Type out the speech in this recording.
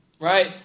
right